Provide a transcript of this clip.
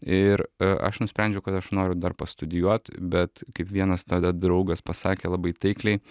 ir aš nusprendžiau kad aš noriu dar pastudijuot bet kaip vienas tada draugas pasakė labai taikliai